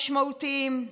משמעותיים.